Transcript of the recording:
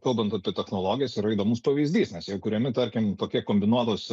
kalbant apie technologijas yra įdomus pavyzdys nes jau kuriami tarkim tokie kombinuotos